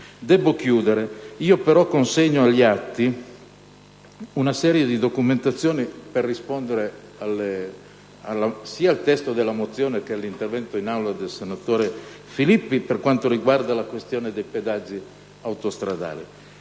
conclusione, consegno agli atti una serie di documentazioni per rispondere sia al testo della mozione che all'intervento in Aula del senatore Marco Filippi per quanto riguarda la questione dei pedaggi autostradali.